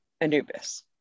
Anubis